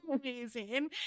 Amazing